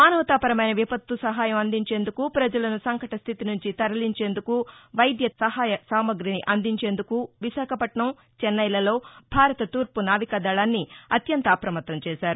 మానవతాపరమైన విపత్తు సహాయం అందించేందుకు ప్రజలను సంకట స్థితి నుంచి తరలించేందుకు వైద్య తదితర సహాయ సామాగ్రిని అందించేందుకు విశాఖపట్నం చెన్నైలలో భారత తూర్పు నావికాదళాన్ని అత్యంత అప్రమత్తం చేశారు